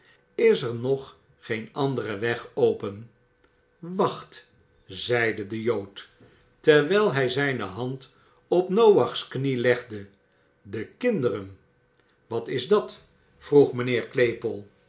is er nog geen andere weg open wacht zeide de jood terwijl hij zijne hand op noach's knie legde de kinderen wat is dat vroeg mijnheer